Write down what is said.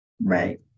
Right